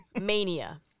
Mania